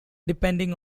depending